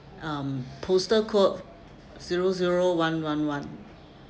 um postal code zero zero one one one